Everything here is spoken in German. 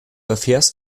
erfährst